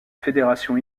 fédération